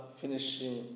finishing